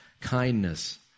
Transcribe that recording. kindness